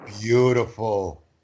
Beautiful